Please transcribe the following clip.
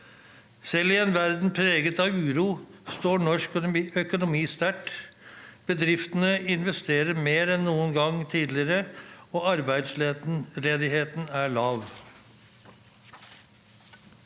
Selv i en verden preget av uro står norsk økonomi sterkt. Bedriftene investerer mer enn noen gang tidligere. Arbeidsledigheten er lav.